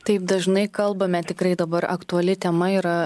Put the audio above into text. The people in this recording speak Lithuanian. taip dažnai kalbame tikrai dabar aktuali tema yra